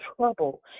trouble